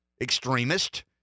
extremist